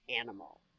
animal